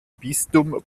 bistum